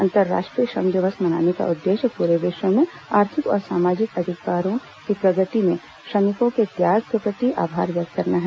अंतर्राष्ट्रीय श्रम दिवस मनाने का उद्देश्य पूरे विश्व में आर्थिक और सामाजिक अधिकारों की प्राप्ति में श्रमिकों के त्याग के प्रति आभार व्यक्त करना है